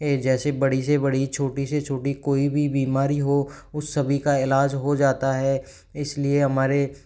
है जैसे बड़ी से बड़ी छोटी से छोटी कोई भी बीमारी हो उसे सभी का इलाज हो जाता है इसलिए हमारे